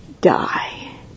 die